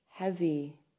heavy